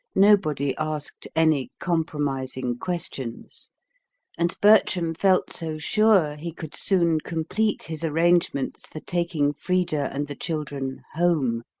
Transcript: nobody asked any compromising questions and bertram felt so sure he could soon complete his arrangements for taking frida and the children home,